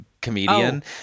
comedian